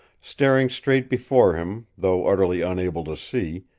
staring straight before him, though utterly unable to see,